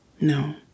No